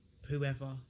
whoever